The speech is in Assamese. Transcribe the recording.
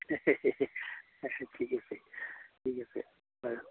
আ ঠিক আছে ঠিক আছে